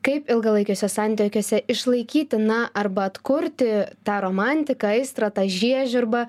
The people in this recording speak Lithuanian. kaip ilgalaikiuose santykiuose išlaikyti na arba atkurti tą romantiką aistrą tą žiežirbą